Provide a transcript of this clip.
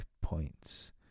points